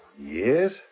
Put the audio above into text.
Yes